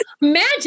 Magic